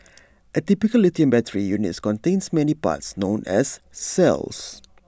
A typical lithium battery unit contains many parts known as cells